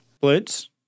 Blitz